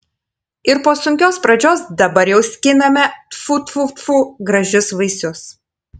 ir po sunkios pradžios dabar jau skiname tfu tfu tfu gražius vaisius